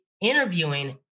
interviewing